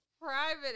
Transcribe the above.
private